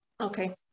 Okay